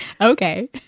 Okay